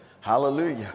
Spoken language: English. Hallelujah